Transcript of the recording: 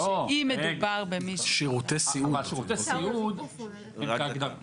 אם מדובר --- אבל, שירותי הסיעוד הם כהגדרתם